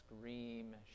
scream